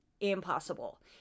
impossible